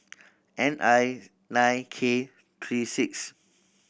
N I nine K three six